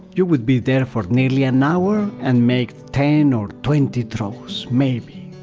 you would be there for nearly an hour and make ten or twenty throws, maybe.